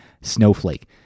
Snowflake